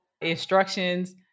instructions